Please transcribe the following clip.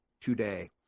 today